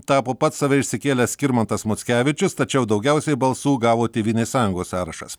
tapo pats save išsikėlęs skirmantas mockevičius tačiau daugiausiai balsų gavo tėvynės sąjungos sąrašas